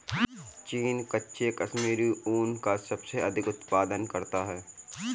चीन कच्चे कश्मीरी ऊन का सबसे अधिक उत्पादन करता है